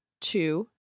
Two